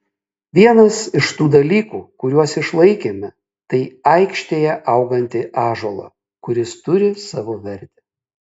vienas iš tų dalykų kuriuos išlaikėme tai aikštėje augantį ąžuolą kuris turi savo vertę